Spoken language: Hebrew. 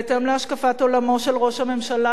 בהתאם להשקפת עולמו של ראש הממשלה,